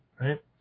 Right